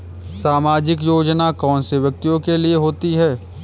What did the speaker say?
सामाजिक योजना कौन से व्यक्तियों के लिए होती है?